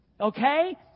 okay